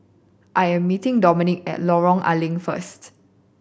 I am meeting Domenic at Lorong A Leng first